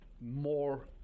more